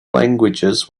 languages